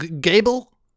gable